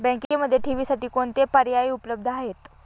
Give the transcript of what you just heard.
बँकेमध्ये ठेवींसाठी कोणते पर्याय उपलब्ध आहेत?